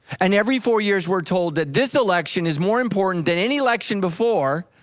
and every four years we're told that this election is more important than any election before.